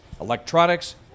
electronics